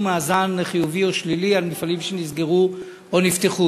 מאזן חיובי או שלילי על מפעלים שנסגרו או נפתחו,